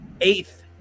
eighth